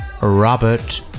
Robert